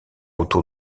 autour